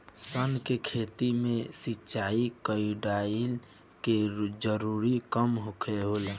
सन के खेती में सिंचाई, कोड़ाई के जरूरत कम होला